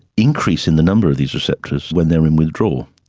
increase in the number of these receptors when they are in withdrawal.